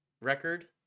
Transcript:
record